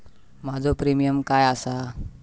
माझो प्रीमियम काय आसा?